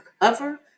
cover